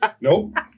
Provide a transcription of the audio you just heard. Nope